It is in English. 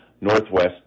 northwest